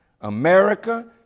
America